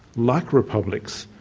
like republics,